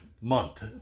month